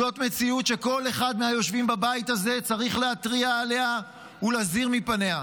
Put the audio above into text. זאת מציאות שכל אחד מהיושבים בבית הזה צריך להתריע עליה ולהזהיר מפניה.